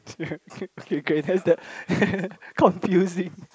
confusing